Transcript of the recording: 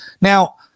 Now